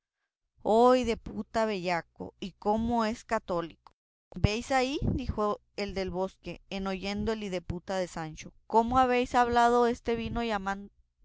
oh hideputa bellaco y cómo es católico veis ahí dijo el del bosque en oyendo el hideputa de sancho cómo habéis alabado este vino llamándole